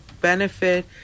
benefit